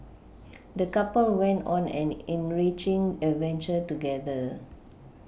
the couple went on an enriching adventure together